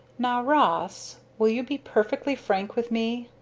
now, ross, will you be perfectly frank with me?